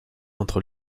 entre